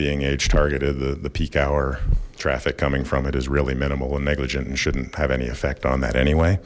being age targeted the the peak hour traffic coming from it is really minimal and negligent shouldn't have any effect on that anyway